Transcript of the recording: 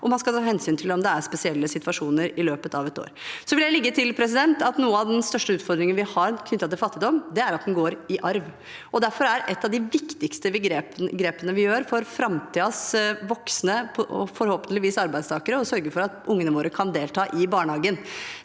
og man skal ta hensyn til om det er spesielle situasjoner i løpet av året. Jeg vil legge til at noen av de største utfordringene vi har knyttet til fattigdom, er at den går i arv. Et av de viktigste grepene vi gjør for framtidens voksne – forhåpentligvis arbeidstakere – er derfor å sørge for at ungene våre kan delta i barnehagen.